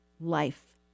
life